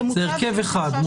מותב אחד.